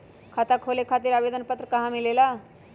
खाता खोले खातीर आवेदन पत्र कहा मिलेला?